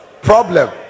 Problem